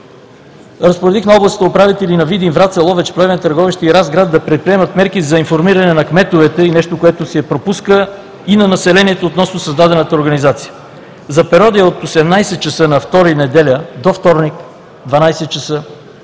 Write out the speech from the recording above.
Разпоредих на областните управители на Видин, Враца, Ловеч, Плевен, Търговище и Разград да предприемат мерки за информиране на кметовете, и нещо, което се пропуска – и на населението, относно създадената организация. За периода от 18,00 ч. на 2 юли, неделя, до вторник – 12,00